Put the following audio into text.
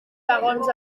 segons